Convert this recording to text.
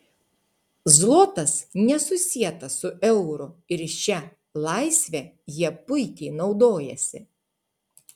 zlotas nesusietas su euru ir šia laisve jie puikiai naudojasi